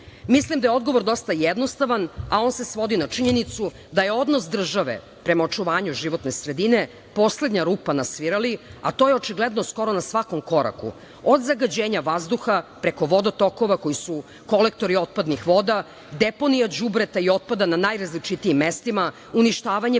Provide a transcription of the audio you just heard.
da je odgovor dosta jednostavan, a on se svodi na činjenicu da je odnos države prema očuvanju životne sredine poslednja rupa na svirali, a to je očigledno skoro na svakom koraku, od zagađenja vazduha, preko vodotokova koji su kolektori otpadnih voda, deponija đubreta i otpada na najrazličitijim mestima, uništavanje